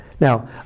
Now